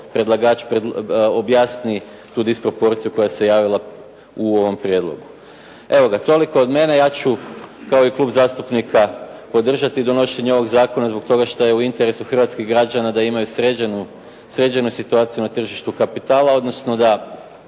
predlagač objasni tu disproporciju koja se javila u ovom prijedlogu. Evo ga, toliko od mene, ja ću da ovaj Klub zastupnika podržati donošenje ovog zakona, zbog toga što je u interesu hrvatskih građana da imaju sređenu situaciju na tržištu kapitala, odnosno da